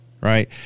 right